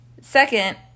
second